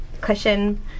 cushion